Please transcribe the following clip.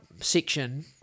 section